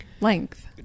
length